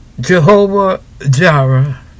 Jehovah-Jireh